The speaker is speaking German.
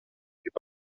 wird